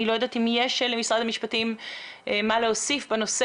אני לא יודעת אם למשרד המשפטים יש מה להוסיף בנושא